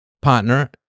partner